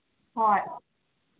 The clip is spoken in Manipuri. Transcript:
ꯍꯣꯏ